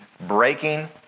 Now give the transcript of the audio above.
breaking